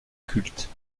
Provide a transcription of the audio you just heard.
culte